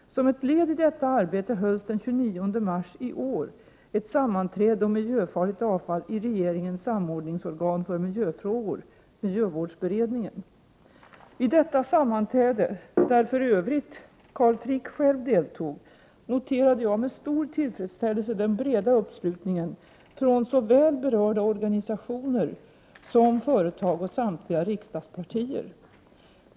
Som ett led i detta arbete hölls den 29 mars i år ett sammanträde om miljöfarligt avfall i regeringens samordningsorgan för miljöfrågor, miljövårdsberedningen. Vid detta sammanträde — där för övrigt Carl Frick själv deltog — noterade jag med stor tillfredsställelse den breda uppslutningen från såväl berörda organisationer som företag och samtliga riksdagspartier.